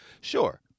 Sure